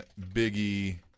Biggie